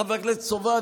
חבר הכנסת סובה,